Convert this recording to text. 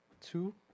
two